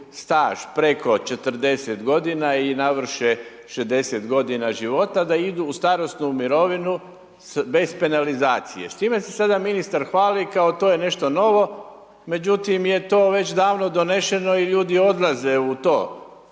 staž preko 40 godina i navrše 60 godina života da idu u starosnu mirovinu bez penalizacije. S time se sada ministar hvali, kao to je nešto novo, međutim, je to već davno donešeno i ljudi odlaze u to.